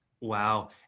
Wow